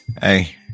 Hey